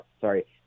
sorry